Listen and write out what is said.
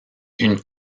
une